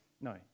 No